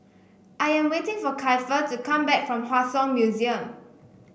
I am waiting for Keifer to come back from Hua Song Museum